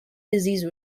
disease